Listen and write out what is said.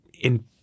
in-